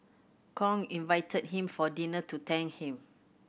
Kong invited him for dinner to thank him